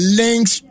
links